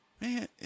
Man